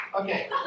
Okay